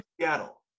Seattle